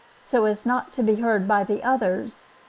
so as not to be heard by the others,